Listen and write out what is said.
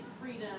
freedom